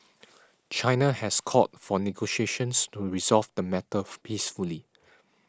China has called for negotiations to resolve the matter peacefully